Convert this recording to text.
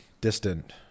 distant